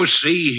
see